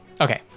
Okay